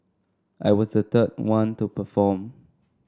I was the third one to perform